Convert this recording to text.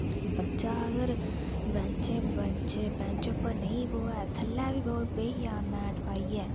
बच्चा अगर बैंचें बैंचें बैंच उप्पर नेईं बोऐ थल्लै बी बो बेही गेआ मैट पाइयै